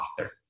author